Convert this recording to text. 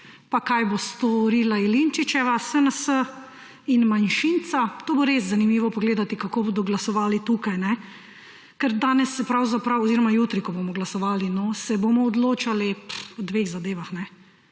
pa kaj bo storila Jelinčičeva SNS in kaj manjšinca. To bo res zanimivo pogledati, kako bodo glasovali tukaj. Ker jutri, ko bomo glasovali, se bomo odločali o dveh zadevah